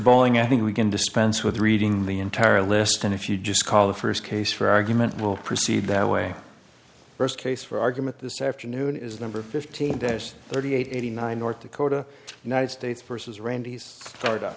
bolling i think we can dispense with reading the entire list and if you just call the first case for argument will proceed that way first case for argument this afternoon is number fifteen to thirty eight eighty nine north dakota united states versus randy's